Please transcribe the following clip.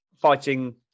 fighting